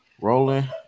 Rolling